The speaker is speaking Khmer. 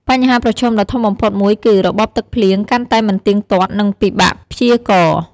បញ្ហាប្រឈមដ៏ធំបំផុតមួយគឺ របបទឹកភ្លៀងកាន់តែមិនទៀងទាត់ និងពិបាកព្យាករណ៍។